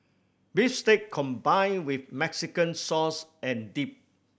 beef steak combined with Mexican sauce and dip